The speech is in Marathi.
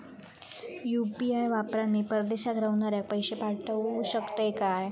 यू.पी.आय वापरान मी परदेशाक रव्हनाऱ्याक पैशे पाठवु शकतय काय?